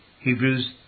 Hebrews